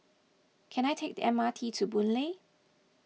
can I take the M R T to Boon Lay